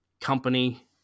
company